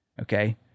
okay